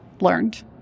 learned